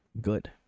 good